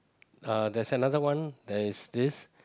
uh there's another one there is this